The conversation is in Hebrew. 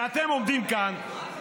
ואתם עומדים פה,